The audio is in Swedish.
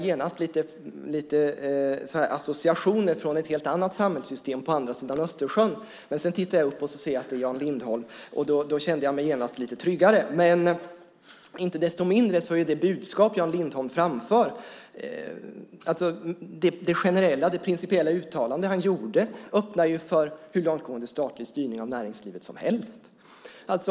Genast fick jag associationer till ett helt annat samhällssystem på andra sidan Östersjön, men sedan tittade jag upp och såg att det var Jan Lindholm som stod där och kände mig genast lite tryggare. Inte desto mindre öppnar Jan Lindholms generella, principiella uttalande för hur långtgående statlig styrning av näringslivet som helst.